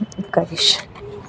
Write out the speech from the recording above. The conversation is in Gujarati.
કહીશ